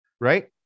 right